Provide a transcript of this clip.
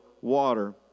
water